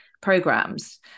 programs